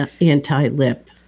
anti-lip